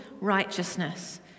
righteousness